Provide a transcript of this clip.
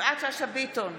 יפעת שאשא ביטון,